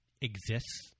exists